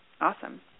Awesome